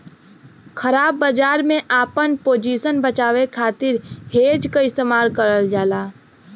ख़राब बाजार में आपन पोजीशन बचावे खातिर हेज क इस्तेमाल करल जाला